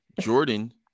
Jordan